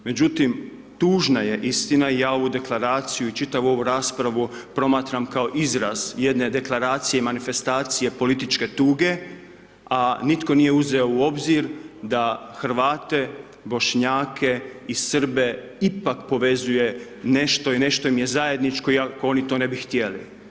Međutim, tužna je istina i ja ovu Deklaraciju i čitavu ovu raspravu promatram kao izraz jedne Deklaracije i manifestacije političke tuge, a nitko nije uzeo u obzir da Hrvate, Bošnjake i Srbe ipak povezuje nešto i nešto im je zajedničko iako oni to ne bi htjeli.